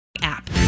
app